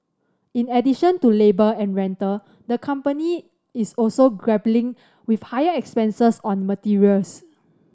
in addition to labour and rental the company is also grappling with higher expenses on materials